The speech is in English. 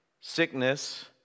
sickness